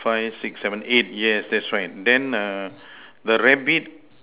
five six seven eight yes that's right then err the rabbit